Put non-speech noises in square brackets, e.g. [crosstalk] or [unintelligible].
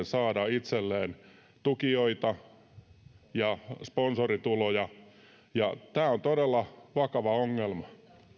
[unintelligible] saada itselleen tukijoita ja sponsorituloja ja tämä on todella vakava ongelma